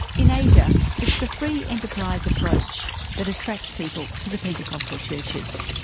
in asia it's the free enterprise approach that attracts people to the pentecostal churches.